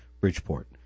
bridgeport